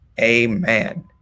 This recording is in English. Amen